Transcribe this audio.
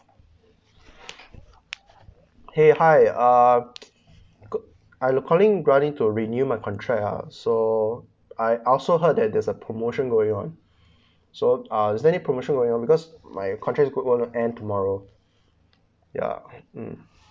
hey hi uh I calling running to renew my contract uh so I also heard that there is a promotion going on so uh is there any promotion going on because my contract is go going to end tomorrow ya um